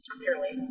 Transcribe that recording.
Clearly